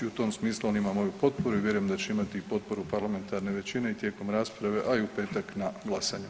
U tom smislu on ima moju potporu i vjerujem da će imati potporu parlamentarne većine i tijekom rasprave, a i u petak na glasanju.